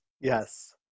yes